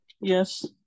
Yes